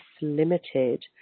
limited